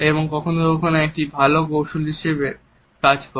এটি কখনও কখনও একটি ভালো কৌশল হিসেবে কাজ করে